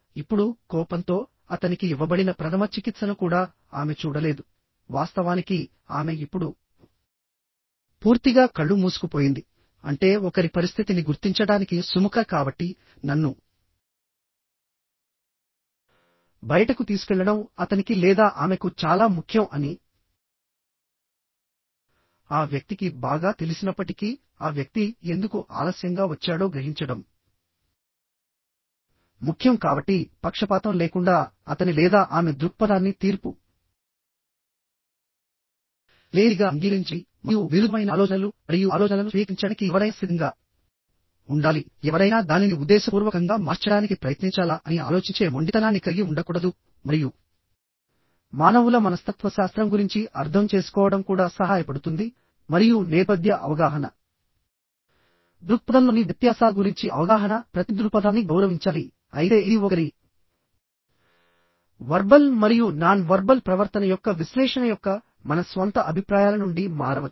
ఇప్పుడు కోపంతో అతనికి ఇవ్వబడిన ప్రథమ చికిత్సను కూడా ఆమె చూడలేదు వాస్తవానికి ఆమె ఇప్పుడు పూర్తిగా కళ్ళు మూసుకుపోయిందిఅంటే ఒకరి పరిస్థితిని గుర్తించడానికి సుముఖత కాబట్టి నన్ను బయటకు తీసుకెళ్లడం అతనికి లేదా ఆమెకు చాలా ముఖ్యం అని ఆ వ్యక్తికి బాగా తెలిసినప్పటికీ ఆ వ్యక్తి ఎందుకు ఆలస్యంగా వచ్చాడో గ్రహించడం ముఖ్యం కాబట్టి పక్షపాతం లేకుండా అతని లేదా ఆమె దృక్పథాన్ని తీర్పు లేనిదిగా అంగీకరించండి మరియు విరుద్ధమైన ఆలోచనలు మరియు ఆలోచనలను స్వీకరించడానికి ఎవరైనా సిద్ధంగా ఉండాలి ఎవరైనా దానిని ఉద్దేశపూర్వకంగా మార్చడానికి ప్రయత్నించాలా అని ఆలోచించే మొండితనాన్ని కలిగి ఉండకూడదు మరియు మానవుల మనస్తత్వశాస్త్రం గురించి అర్థం చేసుకోవడం కూడా సహాయపడుతుంది మరియు నేపథ్య అవగాహన దృక్పథంలోని వ్యత్యాసాల గురించి అవగాహనప్రతి దృక్పథాన్ని గౌరవించాలి అయితే ఇది ఒకరి వర్బల్ మరియు నాన్ వర్బల్ ప్రవర్తన యొక్క విశ్లేషణ యొక్క మన స్వంత అభిప్రాయాల నుండి మారవచ్చు